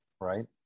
right